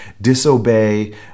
disobey